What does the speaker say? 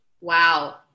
Wow